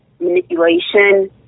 manipulation